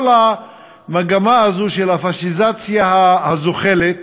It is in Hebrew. כל המגמה הזאת של הפאשיזציה הזוחלת